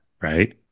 right